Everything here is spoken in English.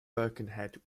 birkenhead